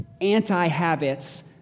anti-habits